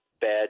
bad